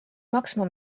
maksma